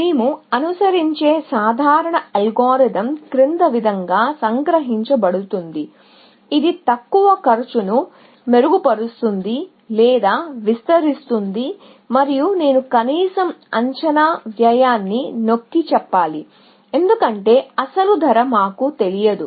మేము అనుసరించే సాధారణ అల్గోరిథం క్రింది విధంగా సంగ్రహించబడుతుంది ఇది తక్కువ కాస్ట్ను మెరుగుపరుస్తుంది లేదా విస్తరిస్తుంది మరియు నేను కనీసం అంచనా వ్యయాన్ని నొక్కి చెప్పాలి ఎందుకంటే అసలు ధర మాకు తెలియదు